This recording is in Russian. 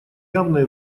явной